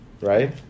right